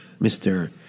Mr